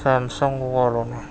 Samsung والوں نے